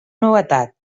novetat